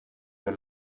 der